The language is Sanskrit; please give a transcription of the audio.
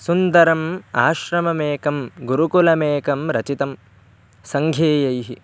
सुन्दरम् आश्रममेकं गुरुकुलमेकं रचितं सङ्घीयैः